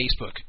Facebook